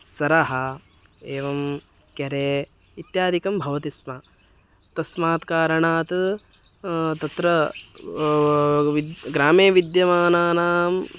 सरः एवं केरे इत्यादिकं भवति स्म तस्मात् कारणात् तत्र विद् ग्रामे विद्यमानानां